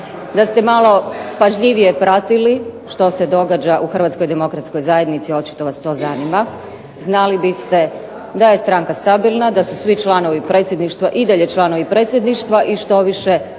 DA ste malo pažljivije pratili što se događa u Hrvatskoj demokratskoj zajednici, očito vas to zanima, znali biste da je stranka stabilna, da su svi članovi Predsjedništva i dalje članovi Predsjedništva i što više